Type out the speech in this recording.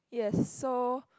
yes so